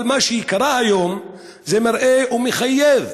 אבל מה שקרה היום, זה מראה ומחייב